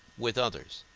with others.